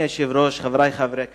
אדוני היושב-ראש, חברי חברי הכנסת,